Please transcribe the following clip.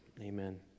Amen